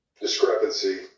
discrepancy